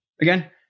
again